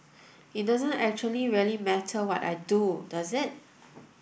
it doesn't actually really matter what I do does it